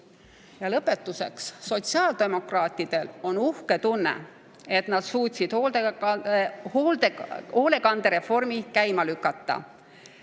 lõpetuseks. Sotsiaaldemokraatidel on uhke tunne, et nad on suutnud hoolekande reformi käima lükata.